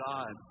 God